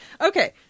Okay